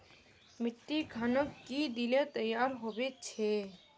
मिट्टी खानोक की दिले तैयार होबे छै?